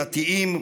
דתיים,